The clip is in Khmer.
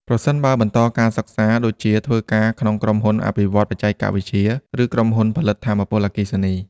ប្រសិនបើបន្តការសិក្សាដូចជាធ្វើការក្នុងក្រុមហ៊ុនអភិវឌ្ឍន៍បច្ចេកវិទ្យា ឬក្រុមហ៊ុនផលិតថាមពលអគ្គិសនី។